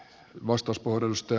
arvoisa puhemies